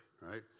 right